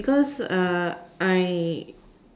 because I